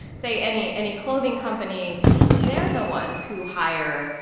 say, any any clothing company they're the ones who hire,